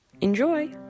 Enjoy